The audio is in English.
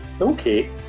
okay